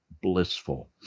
Blissful